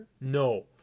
No